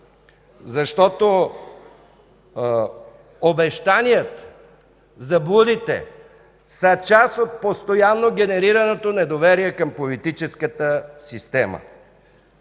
Защото обещанията, заблудите са част от постоянно генерираното недоверие към политическата система.